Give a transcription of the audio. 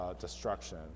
destruction